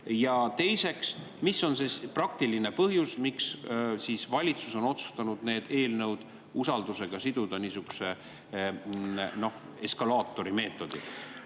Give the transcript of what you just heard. Ja teiseks, mis on praktiline põhjus, miks on valitsus otsustanud need eelnõud usaldusega siduda niisugusel eskalaatorimeetodil?